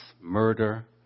murder